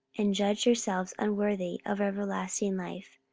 and judge yourselves unworthy of everlasting life,